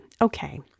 Okay